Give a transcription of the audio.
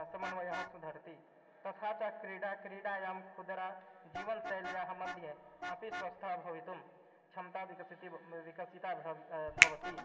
समन्वयः सुधरति तथा च क्रीडा क्रीडायां कुदरा जीवनशैल्याः मध्ये अपि स्वस्थः भवितुं क्षमता विकसति व् ब् विकसिता भवति भवति